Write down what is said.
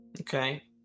Okay